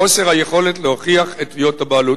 חוסר היכולת להוכיח את תביעות הבעלות.